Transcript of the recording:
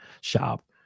shop